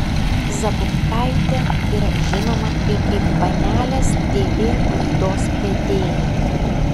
zabukaitė yra žinoma ir kaip panelės tv laidos vedėja